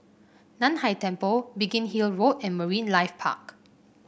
Nan Hai Temple Biggin Hill Road and Marine Life Park